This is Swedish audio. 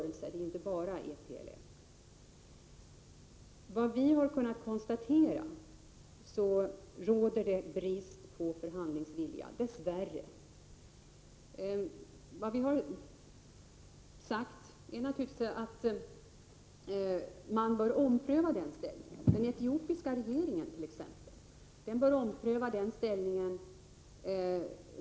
EPLF är inte den enda. Vi har kunnat konstatera att det dess värre råder brist på förhandlingsvilja. Vi har sagt att man bör ompröva den inställningen, t.ex. inom den etiopiska regeringen.